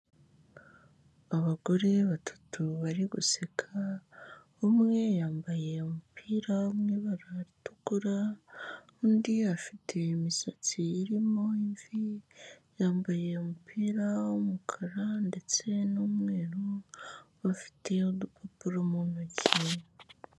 Abagore batatu bari guseka, umwe yambaye umupira wo mu ibara ritukura, undi afite imisatsi irimo imvi, yambaye umupira w'umukara ndetse n'umweru, bafite udupapuro mu ntoki.